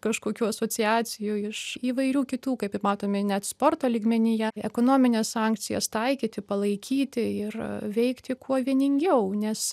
kažkokių asociacijų iš įvairių kitų kaip matomi net sporto lygmenyje ekonomines sankcijas taikyti palaikyti ir veikti kuo vieningiau nes